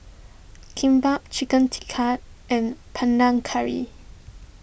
Kimbap Chicken Tikka and Panang Curry